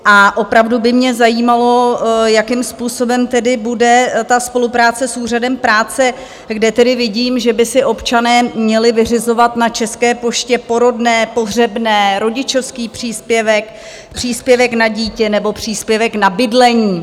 A opravdu by mě zajímalo, jakým způsobem tedy bude ta spolupráce s Úřadem práce, kde tedy vidím, že by si občané měli vyřizovat na České poště porodné, pohřebné, rodičovský příspěvek, příspěvek na dítě nebo příspěvek na bydlení.